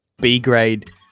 B-grade